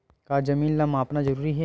का जमीन ला मापना जरूरी हे?